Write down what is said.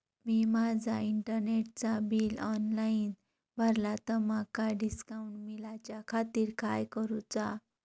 मी माजा इंटरनेटचा bill online भरला तर माका डिस्काउंट मिलाच्या खातीर काय करुचा?